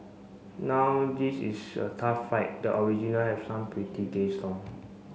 now this is a tough fight the original have some pretty gay song